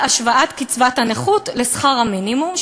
להשוואת קצבת הנכות לשכר המינימום,